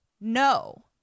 No